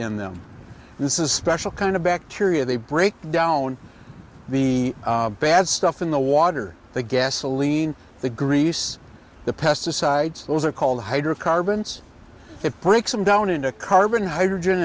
in them and this is special kind of bacteria they break down the bad stuff in the water the gasoline the grease the pesticides those are called hydrocarbons it breaks them down into carbon hydrogen